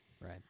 Right